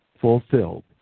fulfilled